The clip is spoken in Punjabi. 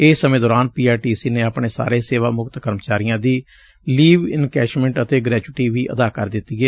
ਇਸ ਸਮੇਂ ਦੌਰਾਨ ਪੀਆਰਟੀਸੀ ਨੇ ਆਪਣੇ ਸਾਰੇ ਸੇਵਾ ਮੁਕਤ ਕਰਮਚਾਰੀਆਂ ਦੀ ਲੀਵ ਇਨਕੈਸਮੈਂਟ ਅਤੇ ਗਰੈਚਟੀ ਵੀ ਅਦਾ ਕਰ ਦਿੱਤੀ ਏ